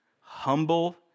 humble